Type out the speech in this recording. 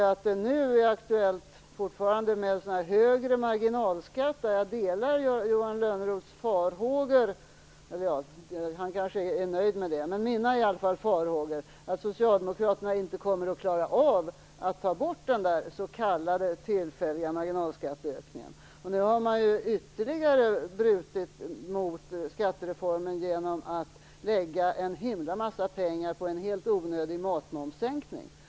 Det är nu aktuellt med högre marginalskatter. Mina farhågor - men Johan Lönnroth kanske är nöjd med det - är att socialdemokraterna inte kommer att klara av att ta bort den s.k. Nu har man ytterligare brutit mot skattereformen genom att lägga en himla massa pengar på en helt onödig matmomssänkning.